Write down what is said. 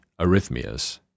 Arrhythmias